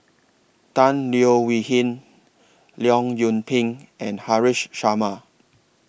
Tan Leo Wee Hin Leong Yoon Pin and Haresh Sharma